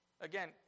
Again